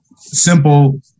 simple